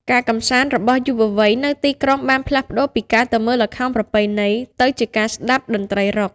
ការកម្សាន្តរបស់យុវវ័យនៅទីក្រុងបានផ្លាស់ប្តូរពីការទៅមើលល្ខោនប្រពៃណីទៅជាការទៅស្តាប់តន្ត្រីរ៉ុក។